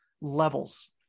levels